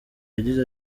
yagize